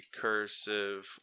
recursive